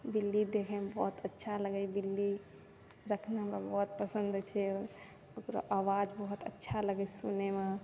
बिल्ली देखैमे बहुत अच्छा लगैए बिल्ली रखना हमरा बहुत पसन्द छै ओकर आवाज बहुत अच्छा लगै छै सुनैमे